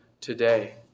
today